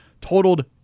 totaled